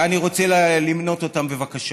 ואני רוצה למנות אותם, בבקשה.